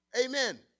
Amen